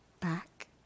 back